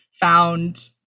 found